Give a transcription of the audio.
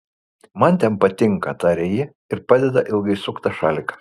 man ten patinka taria ji ir padeda ilgai suktą šaliką